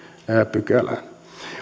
pykälään